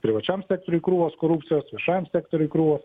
privačiam sektoriuj krūvos korupcijos viešajam sektoriuj krūvos